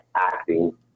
acting